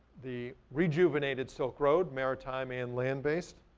the rejuvenated silk road, maritime and land-based.